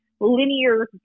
linear